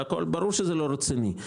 ברור שזה לא רציני.